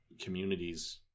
communities